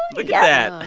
yeah